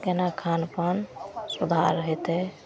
कोना खानपान सुधार हेतै